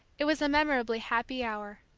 it was a memorably happy hour.